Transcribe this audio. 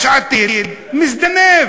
יש עתיד מזדנבת